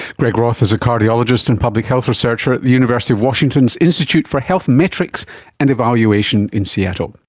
greg roth is a cardiologist and public health researcher at the university of washington's institute for health metrics and evaluation in seattle but